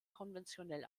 konventionell